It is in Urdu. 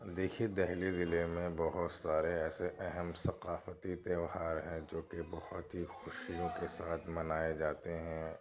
دیکھیے دہلی ضلع میں بہت سارے ایسے اہم ثقافتی تیوہار ہیں جو کہ بہت ہی خوشیوں کے ساتھ منائے جاتے ہیں